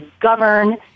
govern